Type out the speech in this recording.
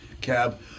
cab